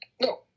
No